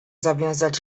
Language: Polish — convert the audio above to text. zawiązać